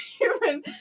human